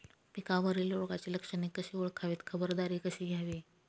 पिकावरील रोगाची लक्षणे कशी ओळखावी, खबरदारी कशी घ्यावी?